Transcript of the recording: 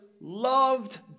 loved